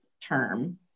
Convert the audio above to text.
term